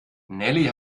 nelly